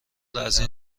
ازاین